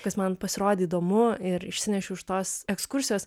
kas man pasirodė įdomu ir išsinešiau iš tos ekskursijos